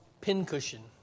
pincushion